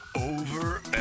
over